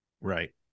Right